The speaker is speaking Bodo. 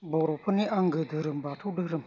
बर'फोरनि आंगो धोरोम बाथौ धोरोम